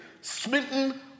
smitten